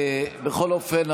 בכל אופן,